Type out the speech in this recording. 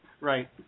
Right